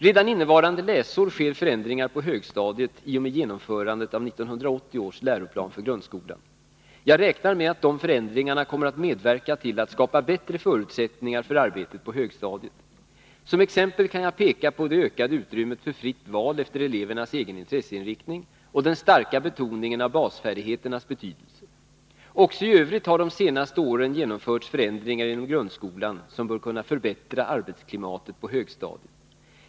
Redan innevarande läsår sker förändringar på högstadiet i och med genomförandet av 1980 års läroplan för grundskolan . Jag räknar med att dessa förändringar kommer att medverka till att skapa bättre förutsättningar för arbetet på högstadiet. Som exempel kan jag peka på det ökade utrymmet för fritt val efter elevernas egen intresseinriktning och den starka betoningen av basfärdigheternas betydelse. Också i övrigt har de senaste åren genomförts förändringar inom grundskolan som bör kunna förbättra arbetsklimatet på högstadiet.